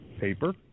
paper